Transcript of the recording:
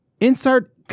insert